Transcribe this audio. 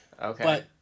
Okay